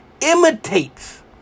imitates